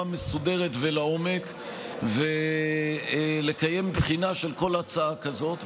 מסודרת ולעומק ולקיים בחינה של כל הצעה כזאת,